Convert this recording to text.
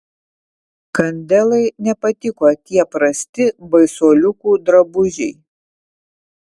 kandelai nepatiko tie prasti baisuoliukų drabužiai